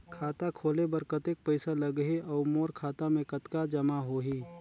खाता खोले बर कतेक पइसा लगही? अउ मोर खाता मे कतका जमा होही?